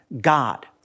God